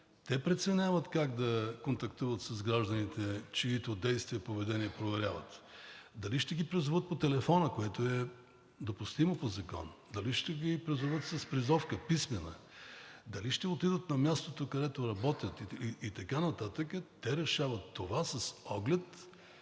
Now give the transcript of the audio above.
те преценяват как да контактуват с гражданите, чиито действия и поведение проверяват. Дали ще ги призоват по телефона, което е допустимо по закон, дали ще ги призоват с писмена призовка, дали ще отидат на мястото, където работят и така нататък, те решават това с оглед